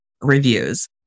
reviews